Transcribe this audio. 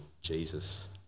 Jesus